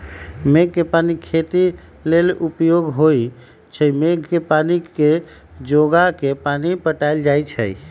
मेघ कें पानी खेती लेल उपयोगी होइ छइ मेघ के पानी के जोगा के पानि पटायल जाइ छइ